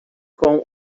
com